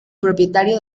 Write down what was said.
propietario